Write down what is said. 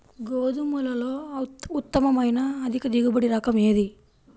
గోధుమలలో ఉత్తమమైన అధిక దిగుబడి రకం ఏది?